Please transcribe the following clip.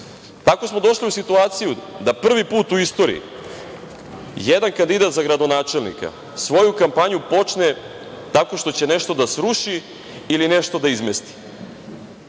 Tako smo došli u situaciju da prvi put u istoriji jedan kandidat za gradonačelnika svoju kampanju počne tako što će nešto da sruši ili nešto da izmesti. Došli